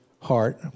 heart